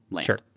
Sure